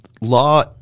law